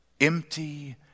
empty